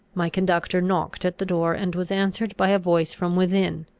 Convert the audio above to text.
my conductor knocked at the door, and was answered by a voice from within,